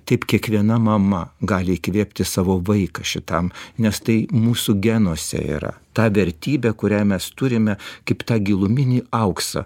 taip kiekviena mama gali įkvėpti savo vaiką šitam nes tai mūsų genuose yra ta vertybė kurią mes turime kaip tą giluminį auksą